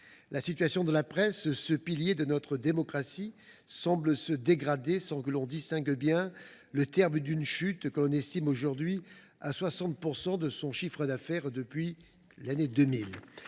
La situation de la presse, ce pilier de notre démocratie, semble se dégrader sans que l’on puisse entrevoir le terme d’une chute estimée à ce jour à 60 % de son chiffre d’affaires depuis l’année 2000.